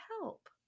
help